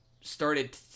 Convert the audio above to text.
started